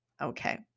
Okay